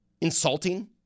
insulting